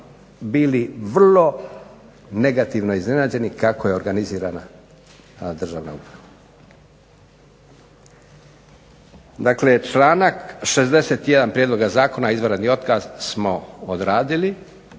bili vrlo negativno iznenađeni kako je organizirana državna uprava. Dakle članak 61. prijedloga zakona izvanredni otkaz smo odradili